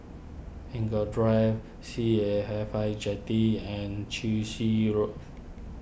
Eng Kong Drive C A F H I Jetty and Chwee Xi Road